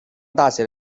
大学